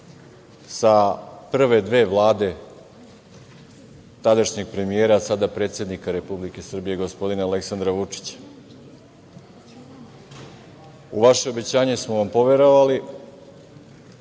sa prve dve vlade tadašnjeg premijera, a sadašnjeg predsednika Republike Srbije gospodina Aleksandra Vučića. U vaše obećanje smo vam poverovali. Pre